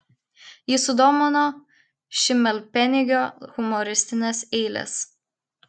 jį sudomino šimelpenigio humoristinės eilės